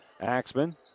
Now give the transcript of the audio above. Axman